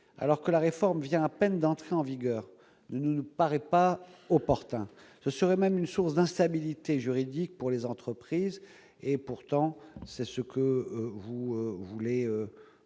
alors que la réforme vient à peine d'entrer en vigueur, ne nous paraît pas opportun. Ce serait même une source d'instabilité juridique pour les entreprises. Or cette instabilité,